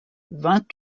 vingt